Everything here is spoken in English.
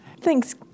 Thanks